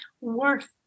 worth